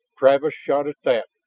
travis shot at that,